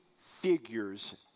figures